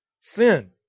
sin